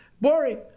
Boring